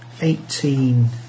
eighteen